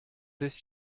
this